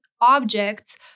objects